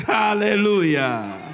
Hallelujah